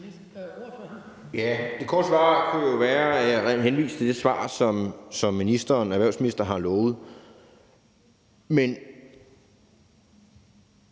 (V): Det korte svar kunne jo være, at jeg henviste til det svar, som erhvervsministeren har lovet. Man